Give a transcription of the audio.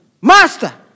Master